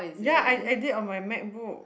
ya I I did on my MacBook